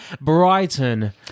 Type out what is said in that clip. brighton